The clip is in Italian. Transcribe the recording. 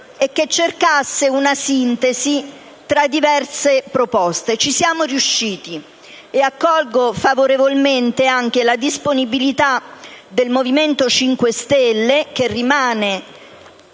e che addivenisse ad una sintesi tra diverse proposte. Ci siamo riusciti ed io accolgo favorevolmente anche la disponibilità del Movimento 5 Stelle, che rimane